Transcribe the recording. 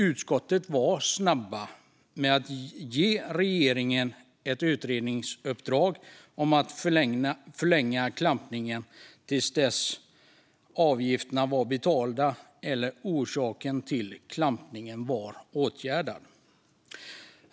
Utskottet var snabbt med att ge regeringen i uppdrag att utreda en förlängning av klampningen till dess att avgifterna var betalade eller orsaken till klampning åtgärdad.